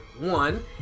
One